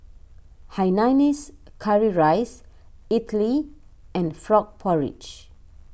Hainanese Curry Rice Idly and Frog Porridge